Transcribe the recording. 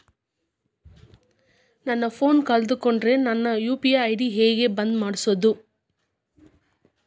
ನನ್ನ ಫೋನ್ ಕಳಕೊಂಡೆನ್ರೇ ನನ್ ಯು.ಪಿ.ಐ ಐ.ಡಿ ಹೆಂಗ್ ಬಂದ್ ಮಾಡ್ಸೋದು?